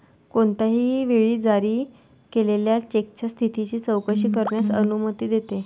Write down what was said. कोणत्याही वेळी जारी केलेल्या चेकच्या स्थितीची चौकशी करण्यास अनुमती देते